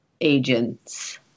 agents